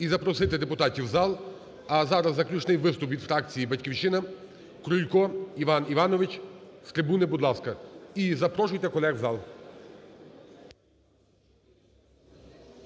і запросити депутатів в зал. А зараз заключний виступ від фракції "Батьківщина". Крулько Іван Іванович з трибуни, будь ласка. І запрошуйте колег в зал.